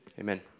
Amen